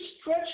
stretch